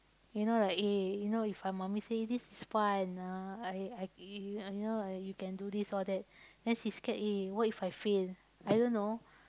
you know like eh you know if my mommy say this is fun ah I I you you know I can do this all that then she scared what if I fail I don't know